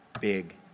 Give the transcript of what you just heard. big